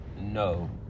no